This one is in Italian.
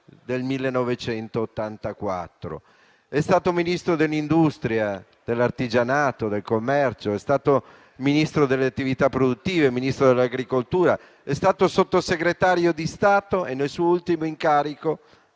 1984. È stato Ministro dell'industria, dell'artigianato e del commercio, è stato Ministro delle attività produttive, è stato Ministro dell'agricoltura, è stato Sottosegretario di Stato e nel suo ultimo incarico